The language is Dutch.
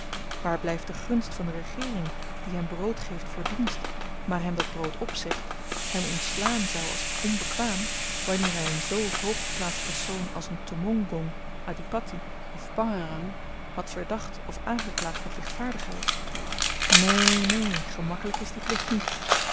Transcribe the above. waar blyft de gunst van de regeering die hem brood geeft voor dienst maar hem dat brood opzegt hem ontslaan zou als onbekwaam wanneer hy een zoo hooggeplaatst persoon als een tommongong adhipatti of pangerang had verdacht of aangeklaagd met ligtvaardigheid neen neen gemakkelyk is die plicht niet